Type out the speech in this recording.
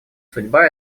судьба